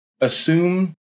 assume